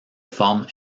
forme